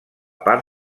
part